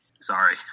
sorry